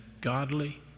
godly